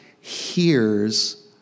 hears